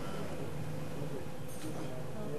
אם כבר אתה מנהל את הדיון,